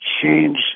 change